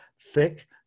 thick